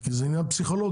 כי זה עניין פסיכולוגי.